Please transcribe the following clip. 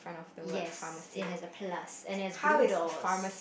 yes it has a plus and it has blue doors